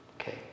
Okay